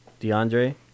DeAndre